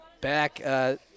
back